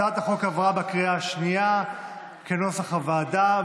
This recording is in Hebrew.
הצעת החוק עברה בקריאה השנייה כנוסח הוועדה.